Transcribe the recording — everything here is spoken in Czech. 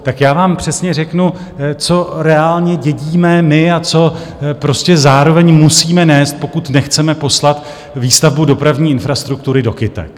Tak já vám přesně řeknu, co reálně dědíme my a co prostě zároveň musíme nést, pokud nechceme poslat výstavbu dopravní infrastruktury do kytek.